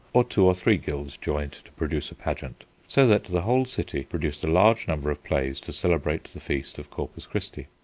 or two or three guilds joined to produce a pageant, so that the whole city produced a large number of plays to celebrate the feast of corpus christi.